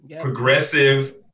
progressive